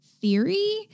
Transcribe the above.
theory